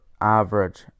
average